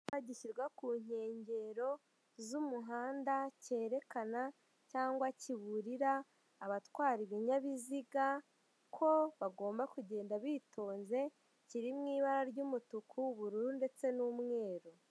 Icyapa gishyirwa ku nkengero z'umuhanda cyerekana cyangwa kiburira abatwara ibinyabiziga, ko bagomba kugenda bitonze kiri mu ibara ry'umutuku , ubururu ndetse n'umweru.